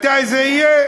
מתי זה יהיה?